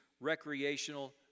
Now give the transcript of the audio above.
recreational